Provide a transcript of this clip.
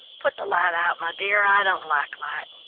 put the light out, my dear, i don't like light.